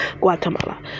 guatemala